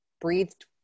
breathed